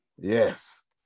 Yes